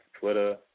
Twitter